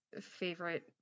favorite